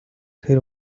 тэр